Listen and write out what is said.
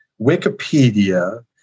Wikipedia